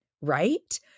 right